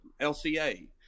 LCA